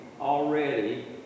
already